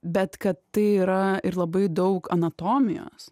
bet kad tai yra ir labai daug anatomijos